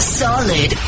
solid